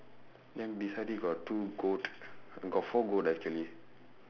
then beside it got two goat got four goat actually